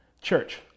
Church